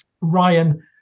Ryan